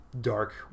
dark